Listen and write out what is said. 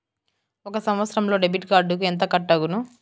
ఒక సంవత్సరంలో డెబిట్ కార్డుకు ఎంత కట్ అగును?